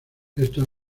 estos